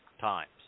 times